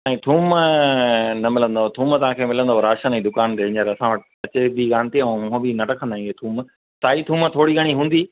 ऐं थूम न मिलंदव थूम तव्हांखे मिलंदव राशन जी दुकान ते हीअंर असां वटि अचे बि कोन्ह थी ऐं हूअं बि न रखंदा आहियूं हीअ थूम साई थूम थोरी घणी हूंदी